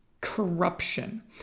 corruption